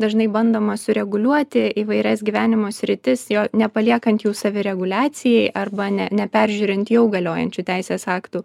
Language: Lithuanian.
dažnai bandoma sureguliuoti įvairias gyvenimo sritis jo nepaliekant jų savireguliacijai arba ne neperžiūrint jau galiojančių teisės aktų